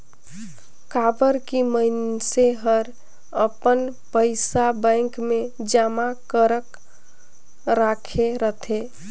काबर की मइनसे हर अपन पइसा बेंक मे जमा करक राखे रथे